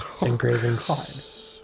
Engravings